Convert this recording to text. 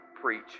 preach